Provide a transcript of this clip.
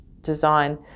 design